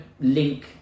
link